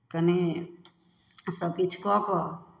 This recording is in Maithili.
कनि सभकिछु कऽ कऽ